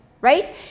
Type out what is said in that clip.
right